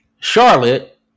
Charlotte